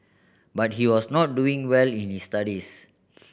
but he was not doing well in his studies